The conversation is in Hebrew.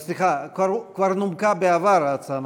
סליחה, כבר נומקה בעבר, ההצעה.